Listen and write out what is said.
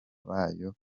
bayo